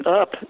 up